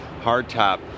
hardtop